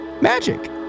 magic